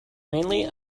mainly